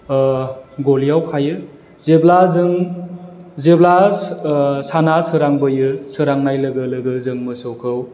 गलियाव खायो जेब्ला जों जेब्ला साना सोरांबोयो सोरांनाय लोगो लोगो जों मोसौखौ